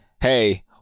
Hey